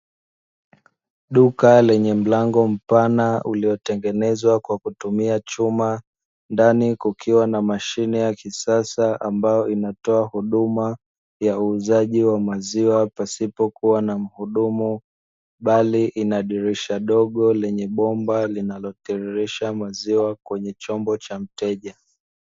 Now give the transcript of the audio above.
Duka lenye mlango mpana uliotengenezwa kwa kutumia chuma, ndani kukiwa na mashine ya kisasa ambayo inatoa huduma, ya uuzaji wa maziwa pasipo kuwa na mhudumu, bali ina dirisha dogo lenye bomba linalotiririsha maziwa kwenye chombo cha mteja.